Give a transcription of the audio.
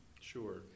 Sure